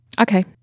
Okay